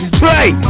play